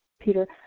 Peter